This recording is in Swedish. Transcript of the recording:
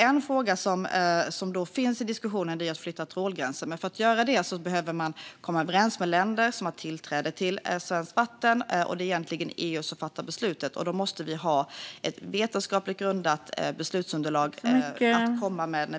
En fråga som finns i diskussionen är att flytta trålgränsen, men för att göra det behöver man komma överens med länder som har tillträde till svenskt vatten, och det är egentligen EU som fattar beslutet. Vi måste ha ett vetenskapligt grundat beslutsunderlag att komma med när vi för den diskussionen.